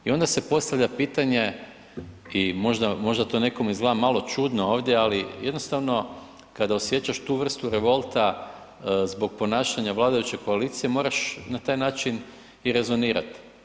I onda se postavlja pitanje i možda to nekome izgleda malo čudno ovdje, ali jednostavno kada osjećaš tu vrstu revolta zbog ponašanja vladajuće koalicije moraš na taj način i rezonirati.